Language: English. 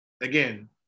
again